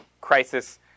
crisis